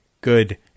good